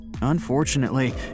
unfortunately